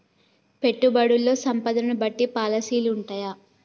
పెట్టుబడుల్లో సంపదను బట్టి పాలసీలు ఉంటయా?